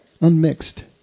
Unmixed